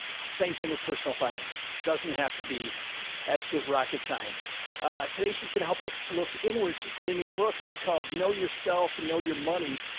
same thing with personal finance. it doesn't have to be absolute rocket science today. she's gonna help us look inward. she's got a new book out called know yourself, know your money,